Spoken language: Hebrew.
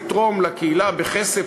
לתרום לקהילה בכסף,